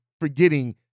forgetting